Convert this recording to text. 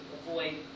avoid